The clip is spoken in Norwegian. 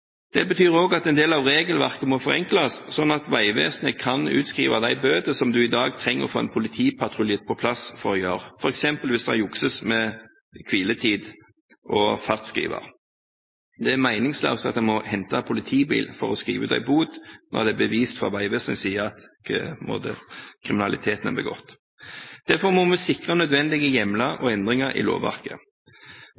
Det betyr også at en del av regelverket må forenkles, sånn at Vegvesenet kan utskrive de bøtene som man i dag trenger å få en politipatrulje på plass for å gjøre, f.eks. hvis det jukses med hviletid og fartsskriver. Det er meningsløst at en må hente politibil for å skrive ut en bot når det er bevist fra Vegvesenets side at kriminaliteten er begått. Derfor må vi sikre nødvendige hjemler